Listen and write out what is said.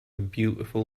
beautiful